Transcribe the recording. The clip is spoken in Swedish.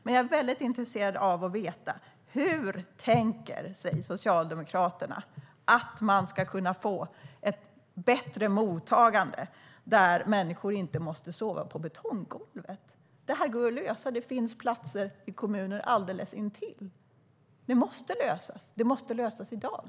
Men jag är väldigt intresserad av att veta: Hur tänker sig Socialdemokraterna att man ska kunna få ett bättre mottagande, där människor inte måste sova på betonggolv? Det här går att lösa. Det finns platser i kommuner alldeles intill. Det måste lösas. Det måste lösas i dag.